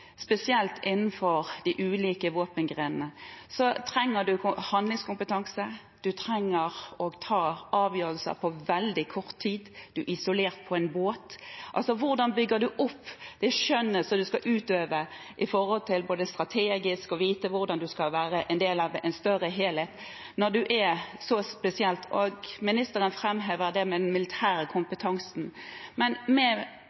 spesielt innenfor de ulike våpengrenene, trenger man handlingskompetanse, man trenger å ta avgjørelser på veldig kort tid – man er isolert på en båt. Hvordan bygger man opp det skjønnet som man skal utøve, både strategisk og med tanke på å vite hvordan man skal være en del av en større helhet, når man er